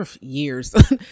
years